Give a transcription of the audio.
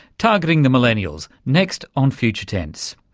targeting the millennials, next on future tense.